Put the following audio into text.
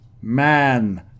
Man